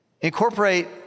incorporate